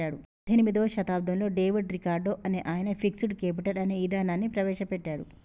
పద్దెనిమిదో శతాబ్దంలో David Ricardo అనే ఆయన ఫిక్స్డ్ కేపిటల్ అనే ఇదానాన్ని ప్రవేశ పెట్టాడు